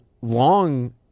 long